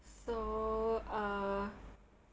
so uh